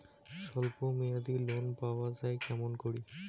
স্বল্প মেয়াদি লোন পাওয়া যায় কেমন করি?